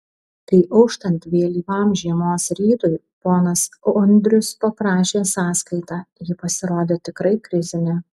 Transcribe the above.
kai auštant vėlyvam žiemos rytui ponas andrius paprašė sąskaitą ji pasirodė tikrai krizinė